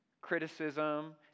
Criticism